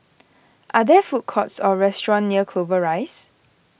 are there food courts or restaurants near Clover Rise